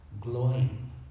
glowing